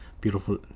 Beautiful